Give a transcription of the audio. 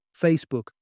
Facebook